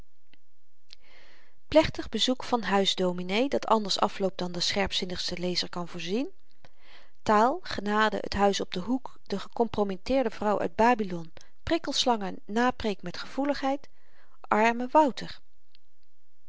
plechtig bezoek van huisdominee dat anders afloopt dan de scherpzinnigste lezer kan voorzien taal genade t huis op den hoek de gekompromitteerde vrouw uit babilon prikkelslangen napreek met gevoeligheid arme wouter